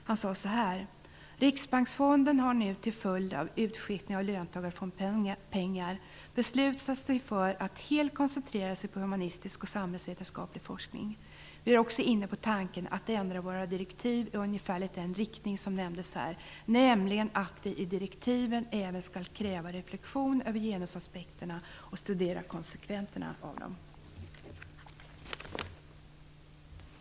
Han sade: "Riksbanksfonden har nu till följd av utskiftning av löntagarfondspengar, beslutat sig för att helt koncentrera sig på humanistisk-samhällsvetenskaplig forskning. Vi är också inne på tanken att ändra våra direktiv i ungefär den riktning som nämndes här, nämligen att vi i direktiven även skall kräva reflexion över genusaspekterna och studera konsekvenserna i det här sammanhanget."